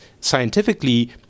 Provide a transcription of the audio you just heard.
scientifically